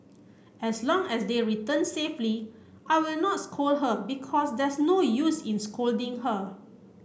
as long as their return safely I will not scold her because there's no use in scolding her